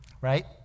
right